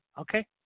okay